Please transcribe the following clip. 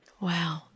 Wow